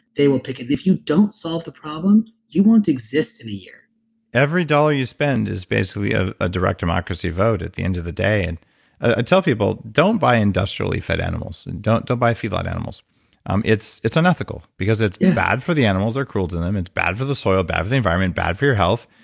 they pick it. if you don't solve the problem, you won't exist in a year every dollar you spend is basically ah a direct democracy vote at the end of the day. i and ah tell people don't buy industrially fed animals. and don't don't buy feed line animals um it's it's unethical because it's bad for the animals. they're cruel to them. it's bad for the soil, bad for the environment, bad for your health.